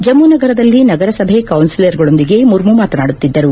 ಜಮ್ಮು ನಗರದಲ್ಲಿ ನಗರಸಭೆ ಕೌನ್ಸಿಲರ್ಗಳೊಂದಿಗೆ ಮುರ್ಮು ಮಾತನಾಡುತ್ತಿದ್ದರು